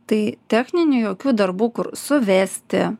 tai techninių jokių darbų kur suvesti